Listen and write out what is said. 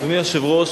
אדוני היושב-ראש,